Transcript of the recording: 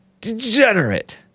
Degenerate